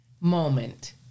moment